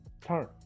turn